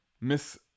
Miss